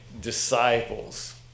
disciples